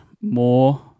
more